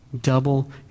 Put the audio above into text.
Double